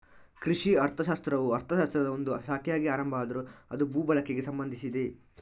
ಕೃಷಿ ಅರ್ಥಶಾಸ್ತ್ರವು ಅರ್ಥಶಾಸ್ತ್ರದ ಒಂದು ಶಾಖೆಯಾಗಿ ಆರಂಭ ಆದ್ರೂ ಅದು ಭೂ ಬಳಕೆಗೆ ಸಂಬಂಧಿಸಿದೆ